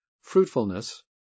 fruitfulness